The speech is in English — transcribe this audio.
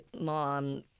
mom